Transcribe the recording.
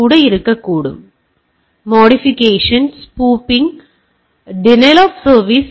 disruption இருக்கக்கூடும் அந்த மாடிஃபிகேஷன்9modfication ஸ்பூபிங் டினைல் ஆப் சர்வீஸ்